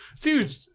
Dude